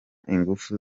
ingufu